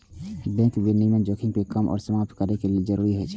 bank विनियमन जोखिम कें कम या समाप्त करै लेल जरूरी होइ छै